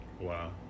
wow